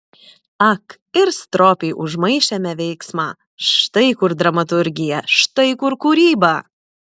ak ir stropiai užmaišėme veiksmą štai kur dramaturgija štai kur kūryba